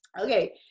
Okay